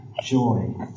joy